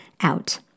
out